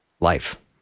Life